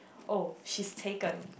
oh she's taken